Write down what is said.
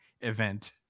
event